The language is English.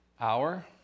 Hour